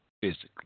physically